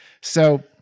So-